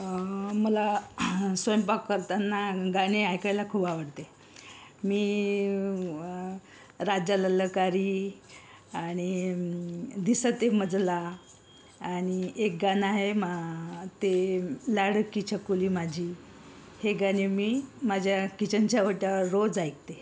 मला स्वयंपाक करताना गाणे ऐकायला खूप आवडते मी राजा ललकारी आणि दिसते मजला आणि एक गाणं आहे ते लाडकी छकुली माझी हे गाणे मी माझ्या किचनच्या ओट्यावर रोज ऐकते